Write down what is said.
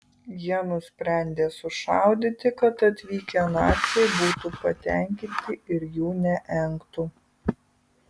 jie nusprendė sušaudyti kad atvykę naciai būtų patenkinti ir jų neengtų